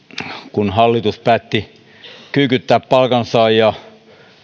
kun hallitus päätti kyykyttää palkansaajia